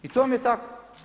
I to vam je tako.